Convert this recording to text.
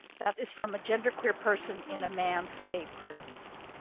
that is from a genderqueer person in a man's state prison.